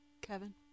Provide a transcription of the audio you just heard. Kevin